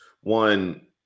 one